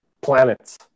planets